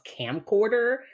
camcorder